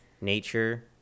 nature